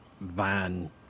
Van